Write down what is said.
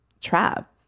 trap